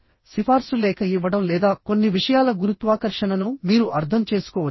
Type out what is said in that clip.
కాబట్టి సిఫార్సు లేఖ ఇవ్వడం లేదా కొన్ని విషయాల గురుత్వాకర్షణను మీరు అర్థం చేసుకోవచ్చు